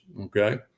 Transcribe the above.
okay